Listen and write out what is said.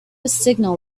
signal